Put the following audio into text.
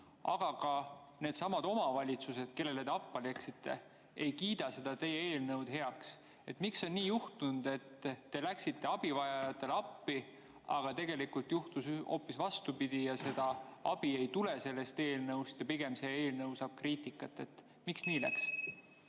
aga ka needsamad omavalitsused, kellele te appi läksite, ei kiida seda teie eelnõu heaks. Miks on nii juhtunud, et te läksite abivajajatele appi, aga tegelikult juhtus hoopis vastupidi – seda abi ei tule sellest eelnõust ja pigem see eelnõu saab kriitikat? Miks nii läks?